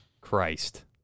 Christ